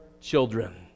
children